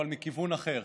אבל מכיוון אחר,